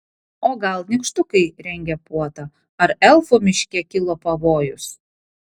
o gal nykštukai rengia puotą ar elfų miške kilo pavojus